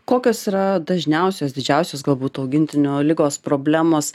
kokios yra dažniausios didžiausios galbūt augintinio ligos problemos